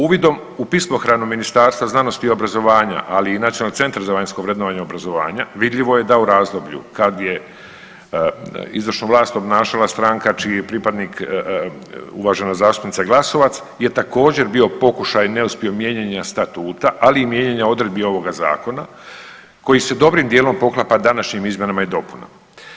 Uvidom u pismohranu Ministarstva znanosti i obrazovanja, ali i Nacionalnog centra za vanjsko vrednovanje obrazovanja vidljivo je da u razdoblju kad je izvršnu vlast obnašala stranka čiji je pripadnik uvažena zastupnica Glasovac je također bio pokušaj neuspjelog mijenjana statuta, ali i mijenjanja odredbi ovoga zakona koji se dobrim dijelom poklapa današnjim izmjenama i dopunama.